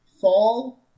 fall